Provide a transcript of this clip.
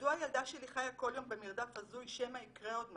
מדוע הילדה שלי חיה כל יום במרדף הזוי שמא יקרה עוד משהו,